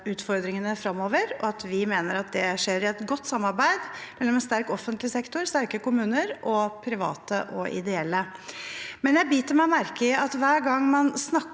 velferdsutfordringene fremover, og at vi mener det skjer i et godt samarbeid mellom en sterk offentlig sektor, sterke kommuner og private og ideelle. Jeg biter meg merke i at hver gang man snakker